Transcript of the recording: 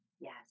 Yes